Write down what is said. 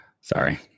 Sorry